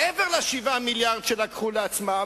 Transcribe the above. מעבר ל-7 המיליארדים שלקחו לעצמם,